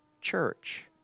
church